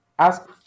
ask